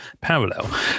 parallel